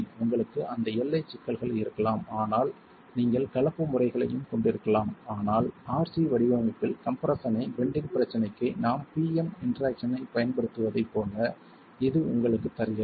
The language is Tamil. உங்களுக்கு அந்த எல்லைச் சிக்கல்கள் இருக்கலாம் ஆனால் நீங்கள் கலப்பு முறைகளையும் கொண்டிருக்கலாம் ஆனால் RC வடிவமைப்பில் கம்ப்ரெஸ்ஸன் ஐ பெண்டிங் பிரச்சனைக்கு நாம் PM இன்டராக்ஷனைப் பயன்படுத்துவதைப் போல இது உங்களுக்குத் தருகிறது